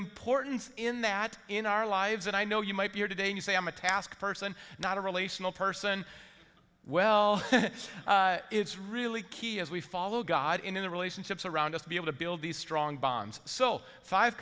importance in that in our lives and i know you might be here today you say i'm a task person not a relational person well it's really key as we follow god in the relationships around us to be able to build these strong bonds so five